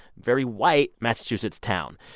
very white massachusetts town.